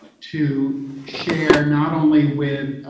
to share not only with